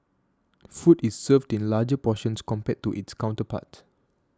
food is served in larger portions compared to its counterparts